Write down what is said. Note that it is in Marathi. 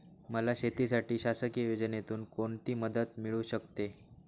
मला शेतीसाठी शासकीय योजनेतून कोणतीमदत मिळू शकते?